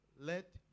let